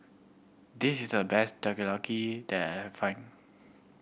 this is the best Takoyaki that I find